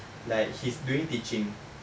like he's doing teaching